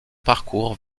parcours